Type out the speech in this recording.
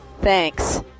thanks